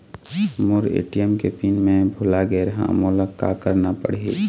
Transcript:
मोर ATM के PIN मैं भुला गैर ह, मोला का करना पढ़ही?